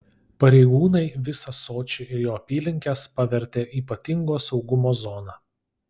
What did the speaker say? pareigūnai visą sočį ir jo apylinkes pavertė ypatingo saugumo zona